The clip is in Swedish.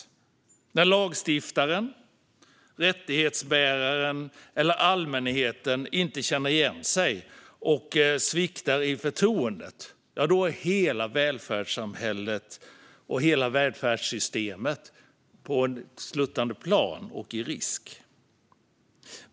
När lagstiftaren, rättighetsbäraren eller allmänheten inte känner igen sig och sviktar i förtroendet befinner sig hela välfärdssamhället och välfärdssystemet på ett sluttande plan och i risk.